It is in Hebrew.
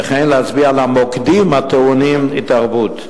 וכן להצביע על המוקדים הטעונים התערבות.